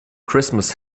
christmas